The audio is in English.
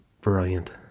Brilliant